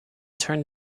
turn